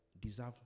deserve